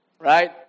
Right